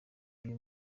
iri